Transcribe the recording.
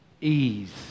ease